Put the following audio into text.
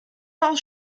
aus